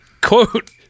Quote